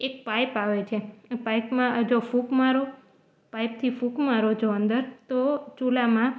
એક પાઇપ આવે છે એ પાઇપમાં જો ફુંક મારો પાઇપથી ફુંક મારો છો અંદર તો ચૂલામાં